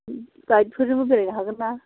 गाइडफोरजोंबो बेरायनो हागोन ना